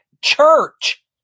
church